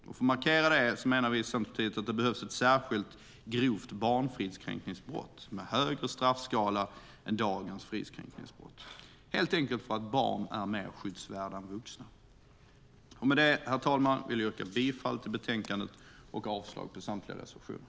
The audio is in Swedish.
För att markera detta menar vi i Centerpartiet att det behövs ett särskilt grovt barnfridskränkningsbrott med högre straffskala än dagens fridskränkningsbrott, helt enkelt för att barn är mer skyddsvärda än vuxna. Med det, herr talman, vill jag yrka bifall till utskottets förslag i betänkandet och avslag på samtliga reservationer.